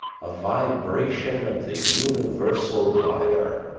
a vibration of the universal lyre,